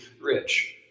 rich